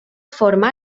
forma